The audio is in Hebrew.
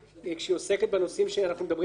כשהיא עוסקת בנושאים שאנחנו מדברים עליהם פה,